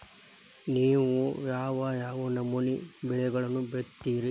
ನೇವು ಯಾವ್ ಯಾವ್ ನಮೂನಿ ಬೆಳಿಗೊಳನ್ನ ಬಿತ್ತತಿರಿ?